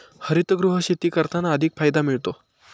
हरितगृह शेती करताना अधिक फायदा मिळतो